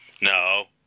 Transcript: No